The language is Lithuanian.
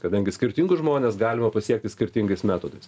kadangi skirtingus žmones galima pasiekti skirtingais metodais